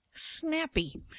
snappy